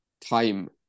time